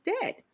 dead